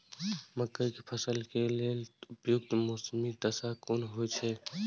मके के फसल के लेल उपयुक्त मौसमी दशा कुन होए छै?